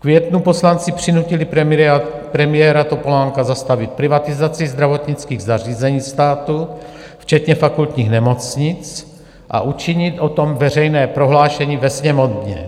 V květnu poslanci přinutili premiéra Topolánka zastavit privatizaci zdravotnických zařízení státu včetně fakultních nemocnic a učinit o tom veřejné prohlášení ve Sněmovně.